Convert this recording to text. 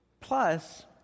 Plus